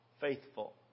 Faithful